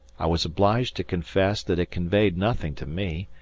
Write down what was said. i was obliged to confess that it conveyed nothing to me,